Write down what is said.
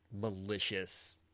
Malicious